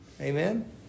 Amen